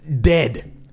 dead